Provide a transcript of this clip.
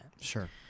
Sure